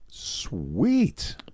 sweet